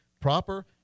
proper